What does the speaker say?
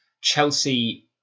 Chelsea